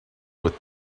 with